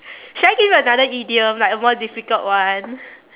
should I give you another idiom like a more difficult one